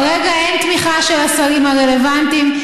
כרגע אין תמיכה של השרים הרלוונטיים.